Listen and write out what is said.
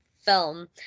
film